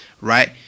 right